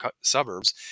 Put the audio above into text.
suburbs